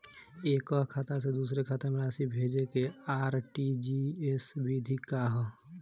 एकह खाता से दूसर खाता में राशि भेजेके आर.टी.जी.एस विधि का ह?